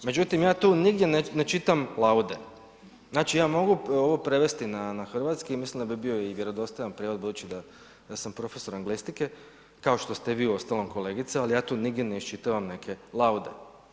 Međutim, ja tu nigdje ne čitam laude, znači ja mogu ovo prevesti na, na hrvatski i mislim da bi bio i vjerodostojan prijevod budući da, da sam profesor lingvistike kao što ste i vi uostalom kolegice, al ja tu nigdje ne iščitavam neke laude.